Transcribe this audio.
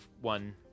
one